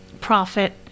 profit